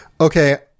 okay